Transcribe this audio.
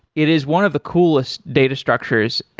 it is one of the coolest data structures,